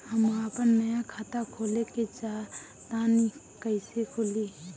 हम आपन नया खाता खोले के चाह तानि कइसे खुलि?